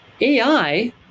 AI